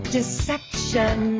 Deception